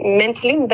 mentally